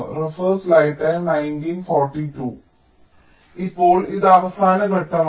ഇപ്പോൾ ഇത് അവസാന ഘട്ടമാണ്